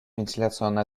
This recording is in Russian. вентиляционные